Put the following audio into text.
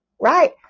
Right